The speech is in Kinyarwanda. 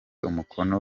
umukono